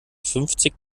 fünfzig